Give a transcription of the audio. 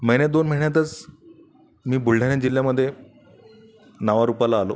महिन्या दोन महिन्यातच मी बुलढाणा जिल्ह्यामध्ये नावारूपाला आलो